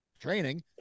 training